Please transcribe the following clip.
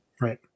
Right